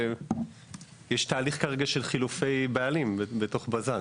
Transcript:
יש תהליך כרגע של חילופי בעלים בתוך בז"ן.